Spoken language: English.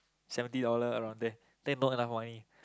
seventy dollar around there then not enough money